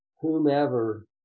whomever